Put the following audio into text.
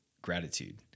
gratitude